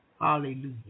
Hallelujah